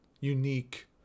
unique